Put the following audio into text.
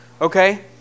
Okay